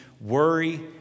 worry